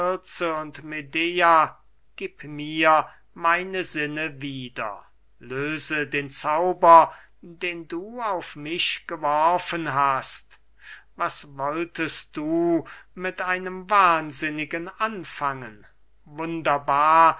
gieb mir meine sinne wieder löse den zauber den du auf mich geworfen hast was wolltest du mit einem wahnsinnigen anfangen wunderbar